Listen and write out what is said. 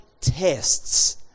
tests